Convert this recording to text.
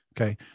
Okay